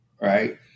Right